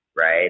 right